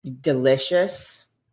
delicious